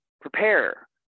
Prepare